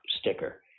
sticker